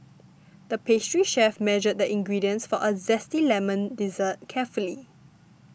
the pastry chef measured the ingredients for a Zesty Lemon Dessert carefully